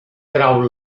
trau